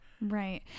Right